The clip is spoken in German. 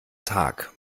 tag